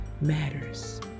matters